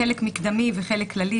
(חלק מקדמי וחלק כללי),